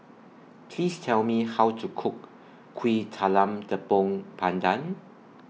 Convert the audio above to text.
Please Tell Me How to Cook Kuih Talam Tepong Pandan